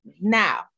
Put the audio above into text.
Now